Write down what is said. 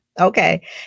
Okay